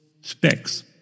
specs